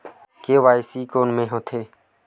KYC कोन में होथे?